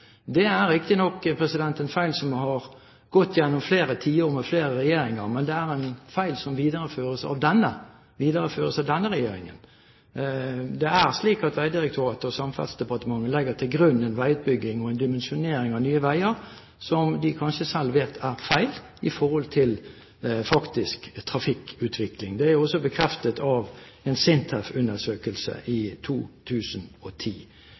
Det er riktignok en feil som er begått gjennom flere tiår med flere regjeringer, men det er en feil som videreføres av denne regjeringen. Det er slik at Vegdirektoratet og Samferdselsdepartementet legger til grunn en veiutbygging og en dimensjonering av nye veier som de kanskje selv vet er feil i forhold til faktisk trafikkutvikling. Det er også bekreftet av en SINTEF-undersøkelse i 2010.